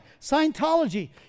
Scientology